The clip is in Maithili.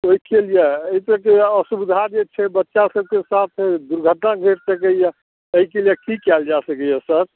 ओहिके लिए एहितरहक असुविधा जे छै बच्चा सभकेँ साथमे दुर्घटना घटि सकैया एहिके लिए की कयल जा सकैया सर